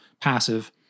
passive